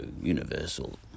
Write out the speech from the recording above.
universal